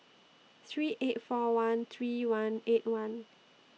three eight four one three one eight one